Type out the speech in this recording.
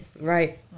right